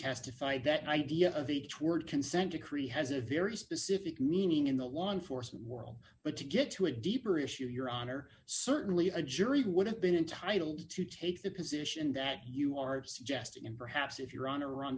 testified that idea of each word consent decree has a very specific meaning in the law enforcement world but to get to a deeper issue your honor certainly a jury would have been entitled to take the position that you are suggesting and perhaps if you're on